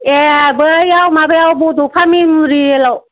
ए बैयाव माबायाव बड'फा मेमरियेलाव